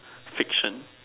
fiction